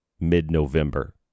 mid-November